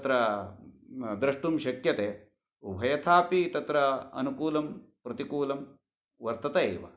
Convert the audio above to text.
द्रष्टुं शक्यते उभयथापि तत्र अनुकूलं प्रतिकूलं वर्तते एव